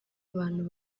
abantu